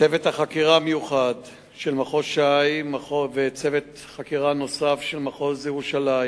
צוות החקירה המיוחד של מחוז ש"י וצוות חקירה נוסף של מחוז ירושלים,